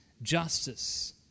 justice